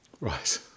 right